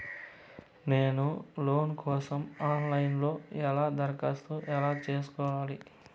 నేను లోను కోసం online లో ఎలా దరఖాస్తు ఎలా సేసుకోవాలి?